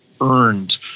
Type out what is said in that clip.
earned